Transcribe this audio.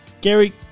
Gary